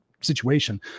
situation